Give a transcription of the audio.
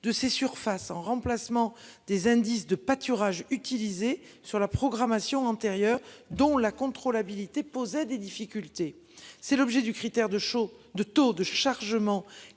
de ces surfaces en remplacement des indices de pâturage utilisé sur la programmation antérieures dont la contrôlabilité posaient des difficultés. C'est l'objet du critère de chaud de taux de chargement